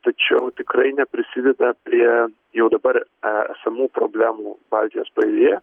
tačiau tikrai neprisideda prie jau dabar e samų problemų baltijos pajūryje